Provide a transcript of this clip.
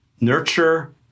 nurture